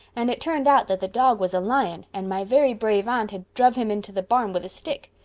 and it turned out that the dog was a lion and my very brave aunt had druv him into the barn with a stick.